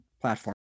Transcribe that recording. platform